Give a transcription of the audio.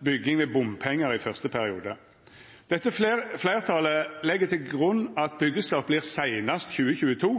bygging gjennom bompenger i første periode. Flertallet legger dette til grunn slik det fremgår av svar på spørsmål 50, og at byggestart blir senest i 2022.